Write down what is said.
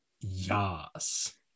yes